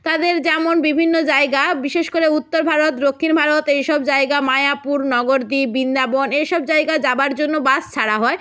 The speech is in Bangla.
তাদের যেমন বিভিন্ন জায়গা বিশেষ করে উত্তর ভারত দক্ষিণ ভারত এইসব জায়গা মায়াপুর নবদ্বীপ বৃন্দাবন এইসব জায়গায় যাওয়ার জন্য বাস ছাড়া হয়